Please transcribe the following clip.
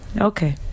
okay